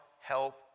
help